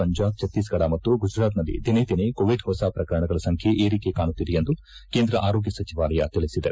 ಪಂಜಾಬ್ ಛತ್ತೀಸ್ಗಢ ಮತ್ತು ಗುಜರಾತ್ನಲ್ಲಿ ದಿನೇದಿನೆ ಕೋವಿಡ್ ಹೊಸ ಪ್ರಕರಣಗಳ ಸಂಖ್ಯೆ ಏರಿಕೆ ಕಾಣುತ್ತಿದೆ ಎಂದು ಕೇಂದ್ರ ಆರೋಗ್ಯ ಸಚಿವಾಲಯ ತಿಳಿಸಿದೆ